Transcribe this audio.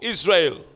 Israel